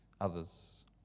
others